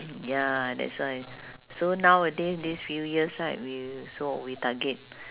ya that's why so nowadays these few years right we so we target